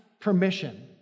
permission